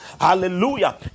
Hallelujah